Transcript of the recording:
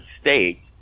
state